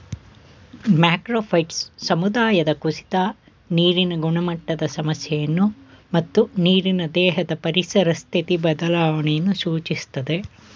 macrophyte ಸಮುದಾಯದ ಕುಸಿತ ನೀರಿನ ಗುಣಮಟ್ಟದ ಸಮಸ್ಯೆಯನ್ನು ಮತ್ತು ನೀರಿನ ದೇಹದ ಪರಿಸರ ಸ್ಥಿತಿ ಬದಲಾವಣೆಯನ್ನು ಸೂಚಿಸ್ತದೆ